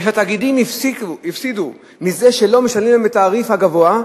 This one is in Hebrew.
כי התאגידים הפסידו מזה שלא משלמים להם את התעריף הגבוה,